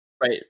Right